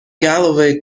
galloway